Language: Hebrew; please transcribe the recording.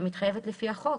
והיא מתחייבת לפי החוק,